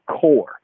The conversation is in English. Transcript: core